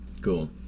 Cool